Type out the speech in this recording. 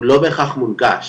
הוא לא בהכרח מונגש,